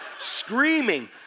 screaming